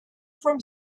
from